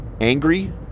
angry